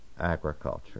agriculture